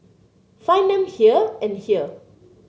find them here and here